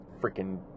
Freaking